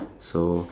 so